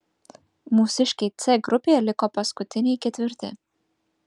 mūsiškiai c grupėje liko paskutiniai ketvirti